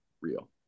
real